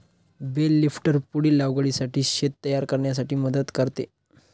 bell लिफ्टर पुढील लागवडीसाठी शेत तयार करण्यास मदत करते